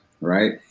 right